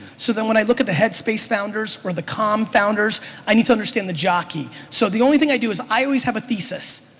so then when i look at the headspace founders or the calm founders i need to understand the jockey. so the only thing i do is i always have a thesis.